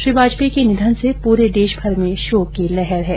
श्री वाजपेयी के निधन से पूरे देशभर में शोक की लहर है